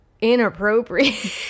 inappropriate